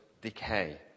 decay